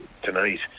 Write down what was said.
tonight